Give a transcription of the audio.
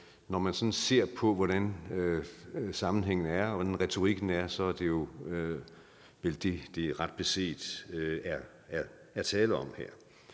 sådan ser på, hvordan sammenhængen er, og hvordan retorikken er, så er det vel det, som der ret beset er tale om her.